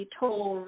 told